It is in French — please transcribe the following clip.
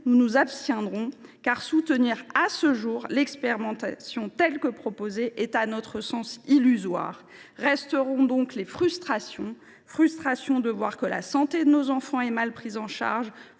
nous nous abstiendrons, car soutenir l’expérimentation proposée est à notre sens illusoire. Resteront donc les frustrations : frustration d’observer que la santé de nos enfants est mal prise en charge